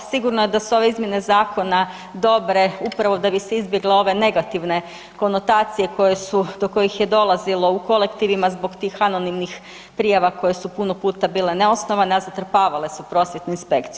Sigurno je da su ove izmjene zakona dobre upravo da bi se izbjegle ove negativne konotacije koje su, do kojih je dolazilo u kolektivima zbog tih anonimnih prijava koje su puno puta bile neosnovane, a zatrpavale su prosvjetnu inspekciju.